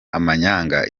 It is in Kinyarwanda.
amanyanga